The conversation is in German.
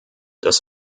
das